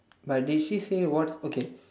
but they still say what okay